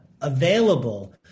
available